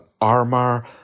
armor